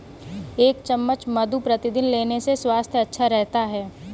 एक चम्मच मधु प्रतिदिन लेने से स्वास्थ्य अच्छा रहता है